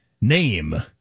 Name